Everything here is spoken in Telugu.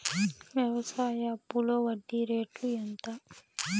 వ్యవసాయ అప్పులో వడ్డీ రేట్లు ఎంత?